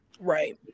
right